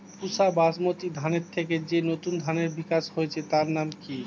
পুসা বাসমতি ধানের থেকে যে নতুন ধানের বিকাশ হয়েছে তার নাম কি?